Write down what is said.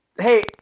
hey